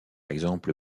exemple